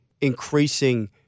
increasing